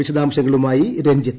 വിശദവിവരങ്ങളുമായി രഞ്ജിത്ത്